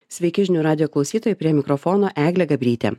sveiki žinių radijo klausytojai prie mikrofono eglė gabrytė